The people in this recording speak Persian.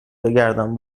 بگردم